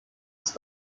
ist